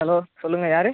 hello சொல்லுங்கள் யார்